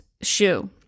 shoe